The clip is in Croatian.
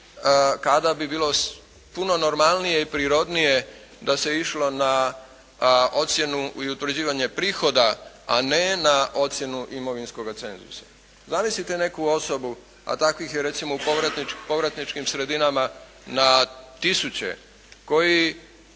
kada bi bilo puno normalnije i prirodnije da se išlo na ocjenu i utvrđivanje prihoda, a ne na ocjenu imovinskoga cenzusa. Zamislite neku osobu, a takvih je recimo u povratničkim sredinama na tisuće koji